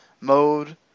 mode